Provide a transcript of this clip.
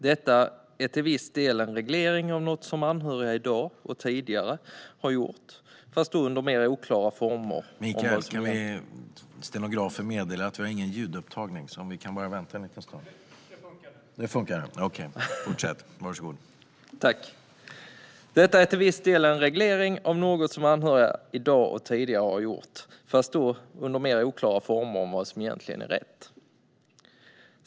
Detta är till viss del en reglering av något som anhöriga i dag gör och tidigare har gjort, fast då under mer oklara former än vad som egentligen är rätt.